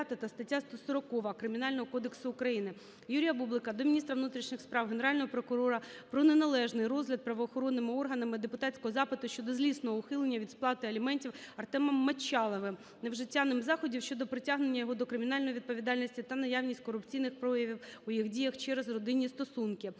та стаття 140 Кримінально кодексу України). Юрія Бублика до міністра внутрішніх справ, Генерального прокурора про неналежний розгляд правоохоронними органами депутатського запиту щодо злісного ухилення від сплати аліментів Артемом Мочаловим, невжиття ним заходів щодо притягнення його до кримінальної відповідальності та наявність корупційних проявів у їх діях через родинні стосунки.